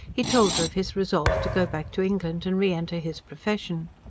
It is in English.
he told her of his resolve to go back to england and re-enter his profession.